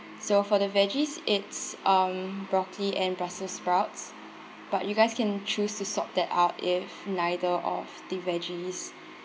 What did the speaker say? so for the veggies it's um broccoli and brussels sprouts but you guys can choose to sort that out if neither of the veggies